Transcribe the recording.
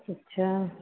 अच्छा